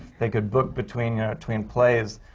they could book between between plays.